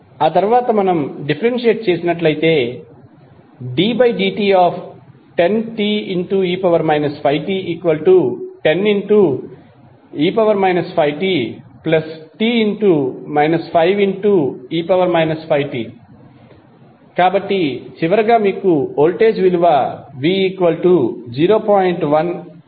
ఆ తర్వాత మనము డీఫెరెన్షియేట్ చేస్తే ddt10te 5t10e 5tte 5t కాబట్టి చివరగా మీకు వోల్టేజ్ విలువ v0